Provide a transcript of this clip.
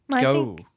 Go